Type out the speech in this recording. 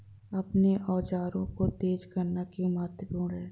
अपने औजारों को तेज करना क्यों महत्वपूर्ण है?